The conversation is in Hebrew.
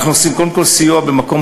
אנחנו עוסקים קודם כול בסיוע לאיתור מקום